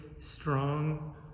strong